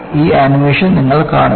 ഈ ആനിമേഷൻ നിങ്ങൾ കാണുക